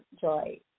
Joy